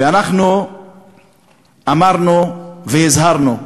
ואנחנו אמרנו והזהרנו,